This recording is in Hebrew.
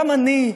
גם אני,